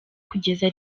kugeza